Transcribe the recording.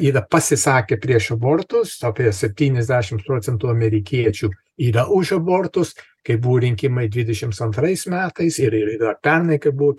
yra pasisakę prieš abortus apie septyniasdešimts procentų amerikiečių yra už abortus kaip buvo rinkimai dvidešimts antrais metais ir ir yra pernai kai buvo